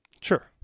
sure